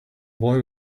boy